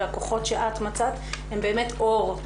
והכוחות שאת מצאת הם באמת אור.